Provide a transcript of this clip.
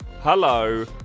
hello